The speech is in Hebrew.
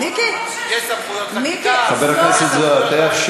מיקי זוהר, יש,